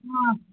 आं